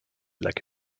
like